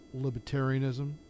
libertarianism